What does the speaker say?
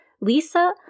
Lisa